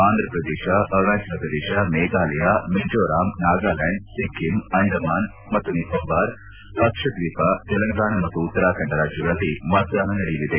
ಆಂಧ್ರಪ್ರದೇಶ ಅರುಣಾಚಲ ಪ್ರದೇಶ ಮೇಘಾಲಯ ಮಿಜೋರಾಂ ನಾಗಾಲ್ವಾಂಡ್ ಸಿಕ್ಕಿಂ ಅಂಡಮಾನ್ ಮತ್ತು ನಿಕೋಬಾರ್ ಲಕ್ಷದ್ವೀಪ ತೆಲಂಗಾಣ ಮತ್ತು ಉತ್ತರಾಖಂಡ ರಾಜ್ಯಗಳಲ್ಲಿ ಮತದಾನ ನಡೆಯಲಿದೆ